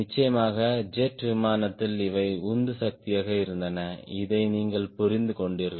நிச்சயமாக ஜெட் விமானத்தில் இவை உந்துசக்தியாக இருந்தன இதை நீங்கள் புரிந்து கொண்டீர்கள்